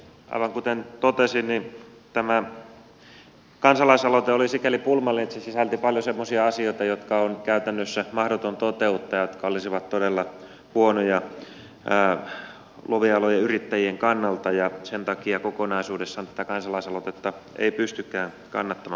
aivan kuten totesin tämä kansalaisaloite oli sikäli pulmallinen että se sisälsi paljon semmoisia asioita jotka on käytännössä mahdotonta toteuttaa ja jotka olisivat todella huonoja luovien alojen yrittäjien kannalta ja sen takia kokonaisuudessaan tätä kansalaisaloitetta ei pystykään kannattamaan